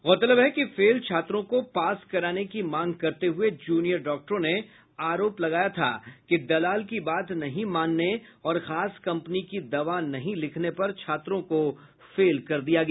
गौरतलब है कि फेल छात्रों को पास कराने की मांग करते हये जूनियर डॉक्टरों ने आरोप लगाया था कि दलाल की बात नहीं माने और खास कम्पनी की दवा नहीं लिखने पर छात्रों को फेल कर दिया गया